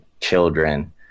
children